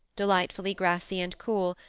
delightfully grassy and cool,